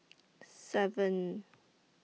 seven